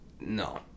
No